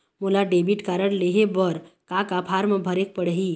मोला debit card लेहे बर का का फार्म भरेक पड़ही?